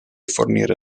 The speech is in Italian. fornire